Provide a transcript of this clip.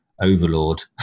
overlord